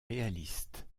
réaliste